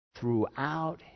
Throughout